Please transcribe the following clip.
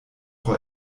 frau